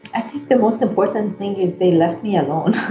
i think the most important thing is they left me alone.